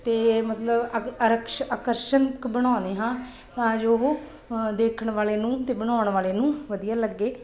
ਅਤੇ ਮਤਲਬ ਆਕ ਆਰਕਸ਼ ਆਕਰਸ਼ਕ ਬਣਾਉਦੇ ਹਾਂ ਤਾਂ ਜੋ ਉਹ ਅ ਦੇਖਣ ਵਾਲੇ ਨੂੰ ਅਤੇ ਬਣਾਉਣ ਵਾਲੇ ਨੂੰ ਵਧੀਆ ਲੱਗੇ